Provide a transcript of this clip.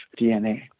DNA